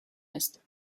ist